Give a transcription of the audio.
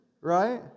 right